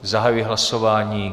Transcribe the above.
Zahajuji hlasování.